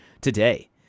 today